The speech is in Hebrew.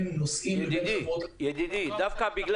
דווקא בגל